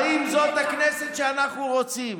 האם זאת הכנסת שאנחנו רוצים?